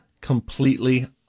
completely